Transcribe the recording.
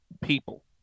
people